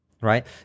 Right